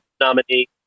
nominee